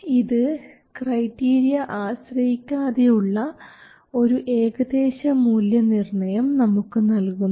ഇത് ക്രൈറ്റീരിയ ആശ്രയിക്കാതെ ഉള്ള ഒരു ഏകദേശ മൂല്യനിർണയം നമുക്ക് നൽകുന്നു